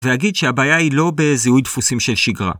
ואגיד שהבעיה היא לא בזיהוי דפוסים של שגרה.